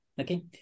Okay